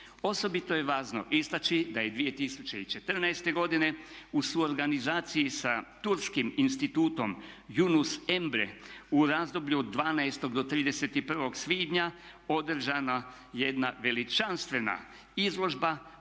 Osobito je važno istači da je 2014. godine u suorganizaciji sa turskim Institutom Yunus Emre u razdoblju od 12. do 31. svibnja održana jedna veličanstvena izložba